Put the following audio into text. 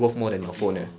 thirty dollar